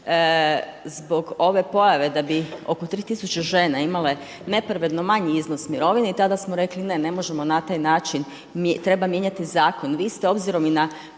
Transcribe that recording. zbog ove pojave da bi oko 3 tisuće žena imale nepravedno manji iznos mirovine i tada smo rekli ne, ne možemo na taj način, treba mijenjati zakon. Vi ste obzirom i na